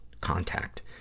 contact